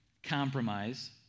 compromise